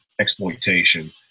exploitation